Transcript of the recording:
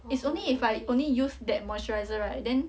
it's only if I only use that moisturiser right then